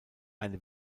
eine